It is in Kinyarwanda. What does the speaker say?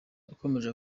yakomeje